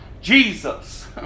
Jesus